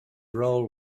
role